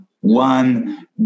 one